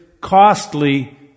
costly